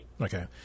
Okay